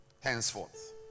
henceforth